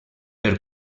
per